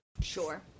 Sure